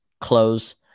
close